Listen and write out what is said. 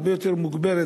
הרבה יותר מוגברת,